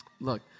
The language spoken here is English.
look